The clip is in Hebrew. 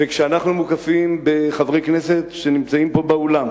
וכשאנחנו מוקפים בחברי כנסת שנמצאים פה באולם